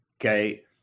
Okay